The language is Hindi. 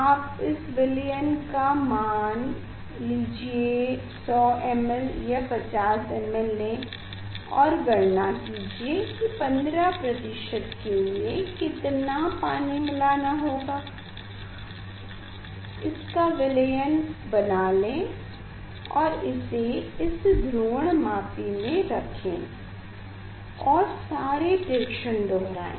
आप इस विलयन का मान लीजिए 100ml या 50ml लें और गणना कीजिये की 15 के लिए कितना पानी मिलना होगा इसका विलयन बना लें और इसे इस ध्रुवणमापी में रखें और सारे प्रेक्षण दोहराएँ